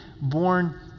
born